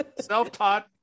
self-taught